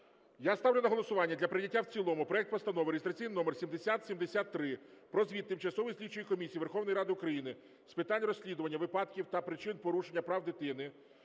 Я ставлю на голосування для прийняття в цілому проект Постанови (реєстраційний номер 7073) про звіт Тимчасової слідчої комісії Верховної Ради України з питань розслідування випадків та причин порушення прав дитини